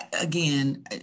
Again